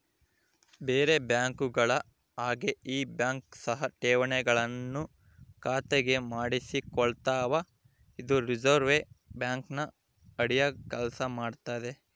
ಬೇರೆ ಬ್ಯಾಂಕುಗಳ ಹಾಗೆ ಈ ಬ್ಯಾಂಕ್ ಸಹ ಠೇವಣಿಗಳನ್ನು ಖಾತೆಗೆ ಮಾಡಿಸಿಕೊಳ್ತಾವ ಇದು ರಿಸೆರ್ವೆ ಬ್ಯಾಂಕಿನ ಅಡಿಗ ಕೆಲ್ಸ ಮಾಡ್ತದೆ